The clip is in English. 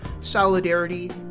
solidarity